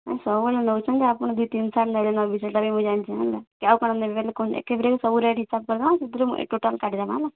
ସବୁବେଲେ ନେଉଛନ୍ ଯେ ଆପଣ ଦୁଇ ତିନ୍ ସାର୍ ନେଲେନ ବି ସେଟା ବି ମୁଇଁ ଜାନିଛେଁ ହେଲା କି ଆଉ କା'ଣା ନେବେ କହୁନ୍ ଏକେପାରେ ସବୁ ରେଟ୍ ହିସାବ୍ କରିଦେମା ସେଥିରୁ ଟୋଟାଲ୍ କାଟିଦେମା ହେଲା